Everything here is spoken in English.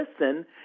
listen